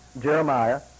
Jeremiah